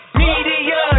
media